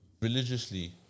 religiously